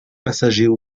passager